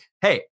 Hey